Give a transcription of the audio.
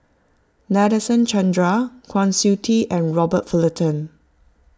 Nadasen Chandra Kwa Siew Tee and Robert Fullerton